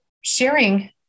sharing